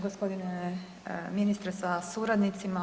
Gospodine ministre sa suradnicima.